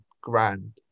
grand